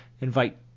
invite